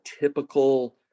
typical